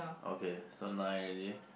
okay so nine already